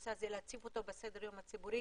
הנושא ולהציף אותו בסדר היום הציבורי